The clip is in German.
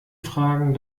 fragen